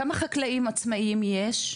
כמה חקלאים עצמאיים יש?